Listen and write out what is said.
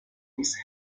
miss